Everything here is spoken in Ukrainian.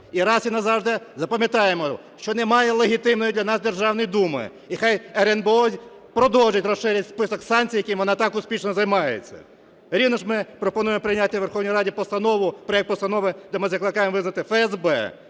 і раз і назавжди запам'ятаємо, що немає легітимної для нас Державної Думи. І нехай РНБО продовжить, розширить список санкцій, якими вона так успішно займається. Рівно ж ми пропонуємо прийняти Верховній Раді постанову, проект постанови, де ми закликаємо визнати ФСБ